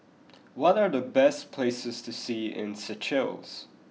what are the best places to see in Seychelles